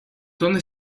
dónde